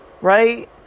right